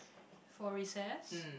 for recess